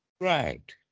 Right